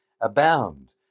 abound